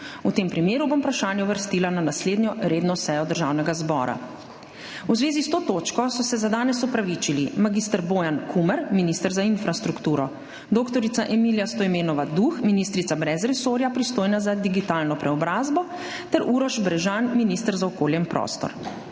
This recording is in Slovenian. V tem primeru bom vprašanje uvrstila na naslednjo redno sejo Državnega zbora. V zvezi s to točko so se za danes opravičili mag. Bojan Kumer, minister za infrastrukturo, dr. Emilija Stojmenova Duh, ministrica brez resorja, pristojna za digitalno preobrazbo, ter Uroš Brežan, minister za okolje in prostor.